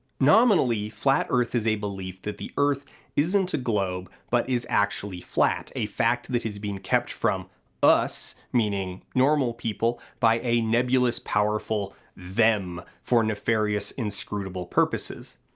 nominally flat earth is a belief that the earth isn't a globe, but is actually flat, a fact that has been kept from us, meaning normal people, by a nebulous, powerful them for nefarious, inscrutable purposes.